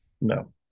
No